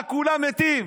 רק שכולם מתים.